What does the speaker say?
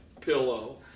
pillow